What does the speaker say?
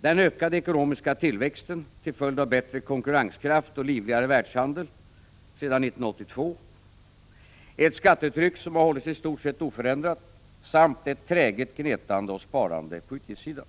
Den ökade ekonomiska tillväxten till följd av bättre konkurrenskraft och livligare världshandel sedan 1982, ett skattetryck som hållits i stort sett oförändrat samt ett träget gnetande och sparande på utgiftssidan.